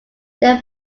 their